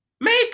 Make